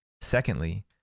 Secondly